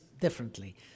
differently